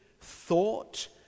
thought